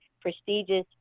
prestigious